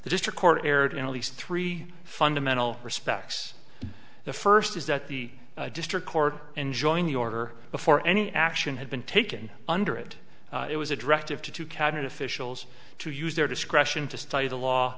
the district court erred in at least three fundamental respects the first is that the district court enjoin your door before any action had been taken under it it was a directive to two cabinet officials to use their discretion to study the law